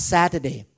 Saturday